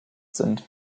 sind